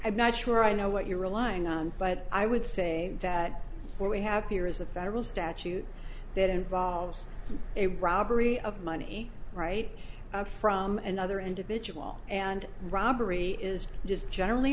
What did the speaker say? i'm not sure i know what you're relying on but i would say that what we have here is a federal statute that involves a robbery of money right from another individual and robbery is just generally